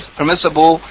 permissible